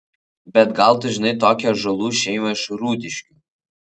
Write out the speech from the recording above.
bet gal tu žinai tokią ąžuolų šeimą iš rūdiškių